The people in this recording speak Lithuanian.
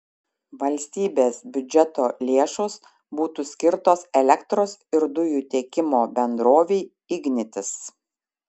valstybės biudžeto lėšos būtų skirtos elektros ir dujų tiekimo bendrovei ignitis